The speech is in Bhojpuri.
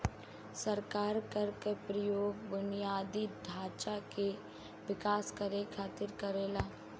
सरकार कर के प्रयोग बुनियादी ढांचा के विकास करे खातिर करेला